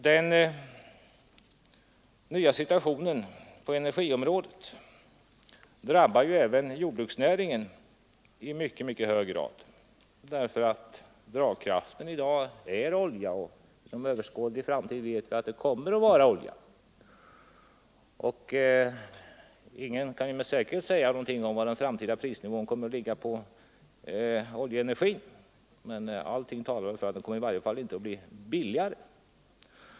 Den nya situationen på energiområdet drabbar också jordbruksnäringen i mycket hög grad, därför att dragkraften i jordbruket i dag är och inom överskådlig framtid kommer att vara beroende av oljan, och ingen kan med säkerhet säga var den framtida prisnivån på oljeenergin kommer att ligga. Men allt talar för att oljan i varje fall inte kommer att bli billigare.